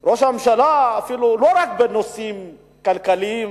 לא רק בנושאים כלכליים,